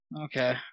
Okay